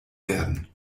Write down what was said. werden